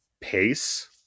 pace